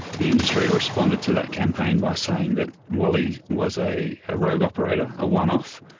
the industry responded to that campaign by saying that wally was a a rogue operator, a one-off,